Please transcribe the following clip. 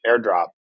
airdrop